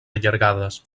allargades